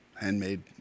handmade